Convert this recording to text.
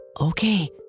Okay